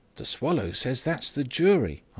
the swallow says that's the jury,